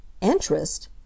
Interest